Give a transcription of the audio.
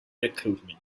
recruitment